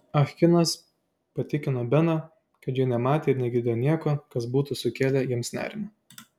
ah kinas patikino beną kad jie nematė ir negirdėjo nieko kas būtų sukėlę jiems nerimą